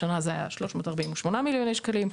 השנה הוא היה כ-348 מיליוני שקלים,